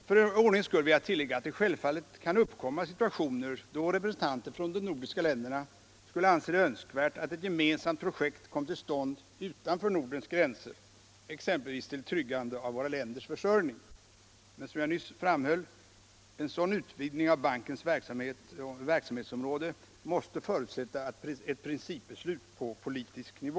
För ordningens skull vill jag tillägga att det självfallet kan uppkomma situationer då representanter från de nordiska länderna skulle anse det önskvärt att ett gemensamt projekt kom till stånd utanför Nordens gränser, exempelvis till tryggande av våra länders försörjning. Men som jag nyss framhöll måste en sådan utvidgning av bankens verksamhetsområde förutsätta ett principbeslut på politisk nivå.